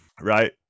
right